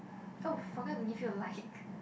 oh forgot to give you a like